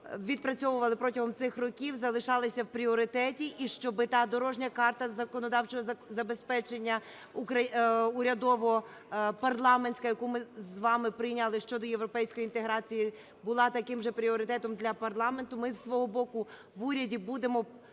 відпрацьовували протягом цих років, залишалися в пріоритеті, і щоб та дорожня карта законодавчого забезпечення, урядово-парламентська, яку ми з вами прийняли щодо європейської інтеграції, була таким же пріоритетом для парламенту. Ми зі свого боку в уряді будемо